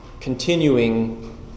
continuing